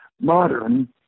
modern